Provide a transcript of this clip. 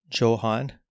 Johan